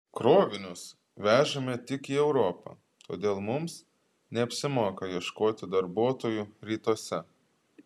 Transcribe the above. krovinius vežame tik į europą todėl mums neapsimoka ieškoti darbuotojų rytuose